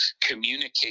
communicate